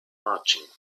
marching